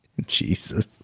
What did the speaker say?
Jesus